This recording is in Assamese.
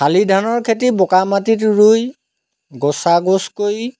শালি ধানৰ খেতি বোকা মাটিত ৰুই গুচা গুচকৈ